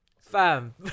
Fam